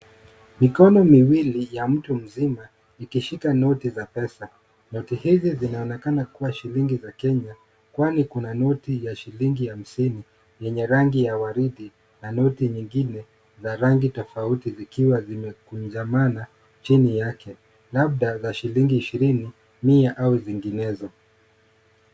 Mikono miwili ya mtu mzima, ikishika noti za pesa. Noti hizi zinaonekana kuwa shilingi za Kenya, kwani kuna noti ya shilingi hamsini yenye rangi ya waridi, na noti nyingine za rangi tofauti zikiwa zimekunjamana chini yake. Labda za shilingi ishirini, mia au zinginezo.